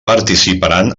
participaran